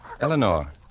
Eleanor